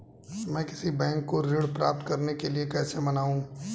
मैं किसी बैंक को ऋण प्राप्त करने के लिए कैसे मनाऊं?